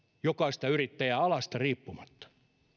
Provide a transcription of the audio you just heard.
jokaista yrittäjää alasta riippumatta